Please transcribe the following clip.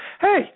Hey